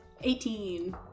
Eighteen